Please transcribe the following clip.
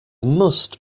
must